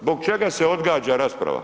Zbog čega se odgađa rasprava?